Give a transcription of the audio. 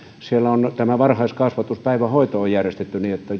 on varhaiskasvatus päivähoito järjestetty niin että